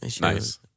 nice